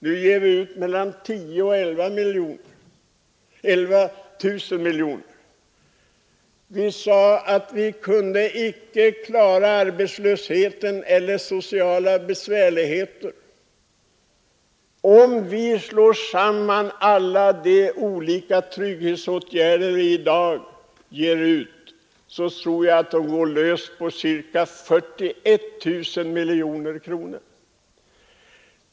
Nu ger vi ut mellan 10 000 och 11 000 miljoner kronor. Man sade att vi icke kunde klara arbetslösheten och andra sociala besvärligheter. Om vi slår samman allt vi i dag ger ut på olika trygghetsåtgärder, tror jag att det går löst på ca 41 000 miljoner kronor.